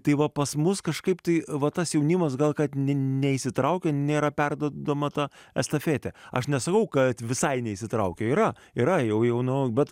tai va pas mus kažkaip tai va tas jaunimas gal kad neįsitraukia nėra perduodama tą estafetę aš nesakau kad visai neįsitraukia yra yra jau jaunų bet